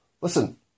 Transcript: Listen